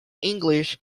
english